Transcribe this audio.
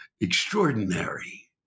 extraordinary